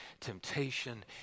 temptation